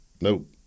nope